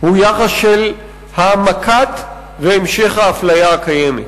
הוא יחס של העמקה והמשך של האפליה הקיימת.